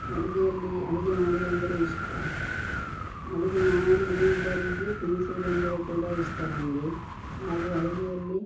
ಅಡುಗೆಯಲ್ಲಿ ಅಡುಗೆ ಮಾಡುವುದಂದ್ರೆ ಇಷ್ಟ ಅಡುಗೆ ಮಾಡಿ ಇನ್ನೊಬ್ಬರಿಗೆ ತಿನಿಸುವುದಂದರೆ ಕೂಡ ಇಷ್ಟ ನನಗೆ ಹಾಗು ಅಡುಗೆಯಲ್ಲಿ